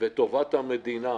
וטובת המדינה